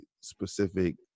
specific